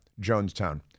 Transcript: Jonestown